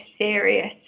serious